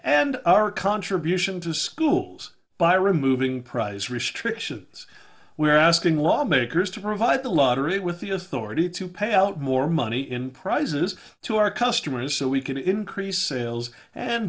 and our contribution to schools by removing prize restrictions we are asking lawmakers to provide the lottery with the authority to pay out more money in prizes to our customers so we could increase sales and